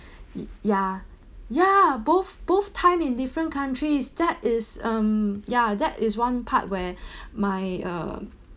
it ya ya both both time in different countries that is um ya that is one part where my uh